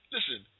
Listen